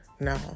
No